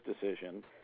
decision